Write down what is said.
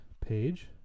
page